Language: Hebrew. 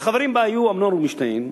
וחבריה היו אמנון רובינשטיין,